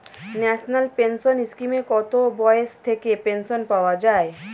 National pension স্কিমে কত বয়স থেকে পেনশন পাওয়া যায়?